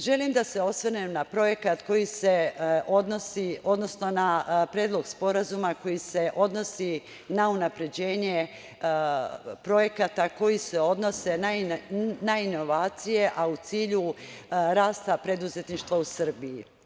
Želim da se osvrnem na projekat koji se odnosi, odnosno na Predlog sporazuma koji se odnosi na unapređenje projekata koji se odnose na inovacije, a u cilju rasta preduzetništva u Srbiji.